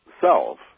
self